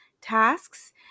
tasks